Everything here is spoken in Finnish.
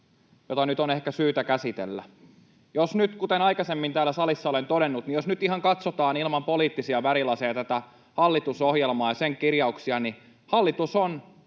joita nyt on ehkä syytä käsitellä. Jos nyt, kuten aikaisemmin täällä salissa olen todennut, katsotaan ihan ilman poliittisia värilaseja tätä hallitusohjelmaa ja sen kirjauksia, niin hallitus on